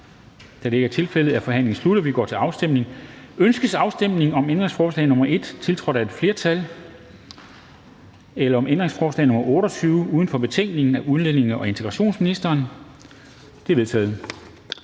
Kl. 13:22 Afstemning Formanden (Henrik Dam Kristensen): Ønskes afstemning om ændringsforslag nr. 1, tiltrådt af et flertal, eller om ændringsforslag nr. 28 uden for betænkningen af udlændinge- og integrationsministeren? De er vedtaget.